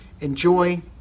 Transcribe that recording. enjoy